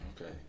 Okay